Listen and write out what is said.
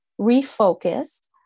refocus